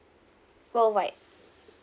worldwide